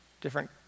Different